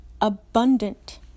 abundant